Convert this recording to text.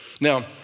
Now